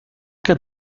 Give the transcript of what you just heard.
que